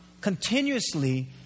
continuously